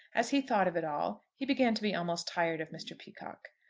as he thought of it all he began to be almost tired of mr. peacocke.